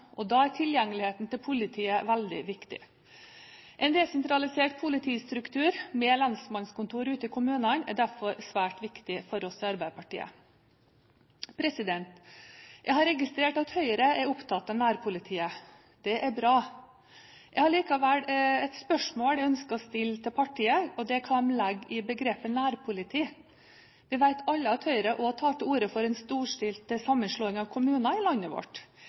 Da er tilgjengeligheten til politiet veldig viktig. En desentralisert politistruktur med lensmannskontor ute i kommunene er derfor svært viktig for oss i Arbeiderpartiet. Jeg har registrert at Høyre er opptatt av nærpolitiet. Det er bra. Jeg har likevel et spørsmål jeg ønsker å stille til partiet, nemlig hva de legger i begrepet nærpoliti. Vi vet alle at Høyre også tar til orde for en storstilt sammenslåing av kommuner i landet vårt.